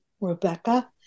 Rebecca